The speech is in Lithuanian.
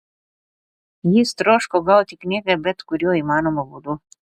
jis troško gauti knygą bet kuriuo įmanomu būdu